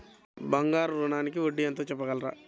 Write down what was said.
బంగారు ఋణంకి వడ్డీ ఎంతో చెప్పగలరా?